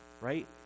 Right